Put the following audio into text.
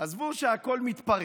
עזבו שהכול מתפרק,